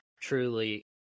truly